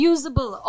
Usable